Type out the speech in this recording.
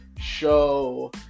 show